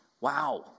Wow